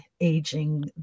aging